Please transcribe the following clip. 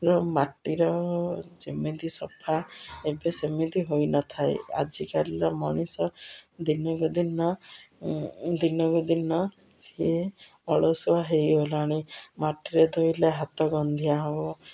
ର ମାଟିର ଯେମିତି ସଫା ଏବେ ସେମିତି ହୋଇନଥାଏ ଆଜିକାଲିର ମଣିଷ ଦିନକୁ ଦିନ ଦିନକୁ ଦିନ ସିଏ ଅଳସୁଆ ହେଇଗଲାଣି ମାଟିରେ ଧୋଇଲେ ହାତ ଗନ୍ଧିଆ ହେବ